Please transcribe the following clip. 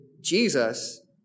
Jesus